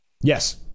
Yes